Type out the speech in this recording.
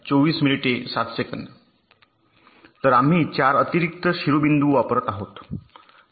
तर आम्ही 4 अतिरिक्त शिरोबिंदू वापरत आहोत